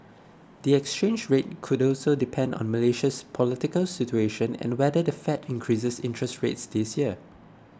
the exchange rate could also depend on Malaysia's political situation and whether the Fed increases interest rates this year